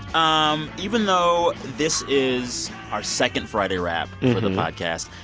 um even though this is our second friday wrap for the podcast,